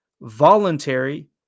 voluntary